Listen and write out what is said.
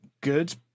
good